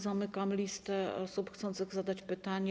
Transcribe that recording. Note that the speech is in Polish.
Zamykam listę osób chcących zadać pytanie.